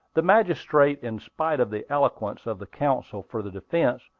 the magistrate, in spite of the eloquence of the counsel for the defence,